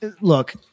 look